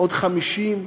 עוד 50,